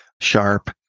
sharp